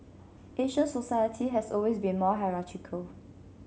Asian society has always been more hierarchical